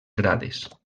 grades